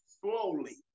slowly